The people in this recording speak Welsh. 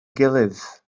gilydd